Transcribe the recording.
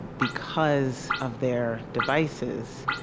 because of their devices,